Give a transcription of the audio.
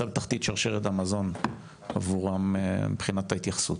בתחתית שרשרת המזון עבורם מבחינת ההתייחסות,